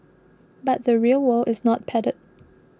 but the real world is not padded